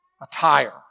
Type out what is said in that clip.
attire